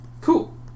Cool